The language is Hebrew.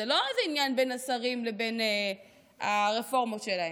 זה לא איזה עניין בין השרים לבין הרפורמות שלהם.